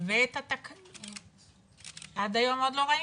ואת התקנות, עד היום עוד לא ראינו,